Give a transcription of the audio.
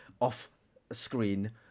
off-screen